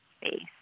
space